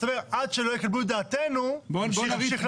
אז אתם אומרים: עד שלא יקבלו את דעתנו נמשיך להביא אותה.